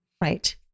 Right